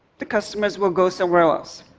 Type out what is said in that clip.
the customers will go somewhere else.